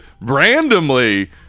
randomly